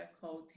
called